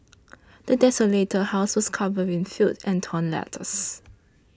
the desolated house was covered in filth and torn letters